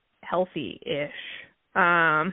healthy-ish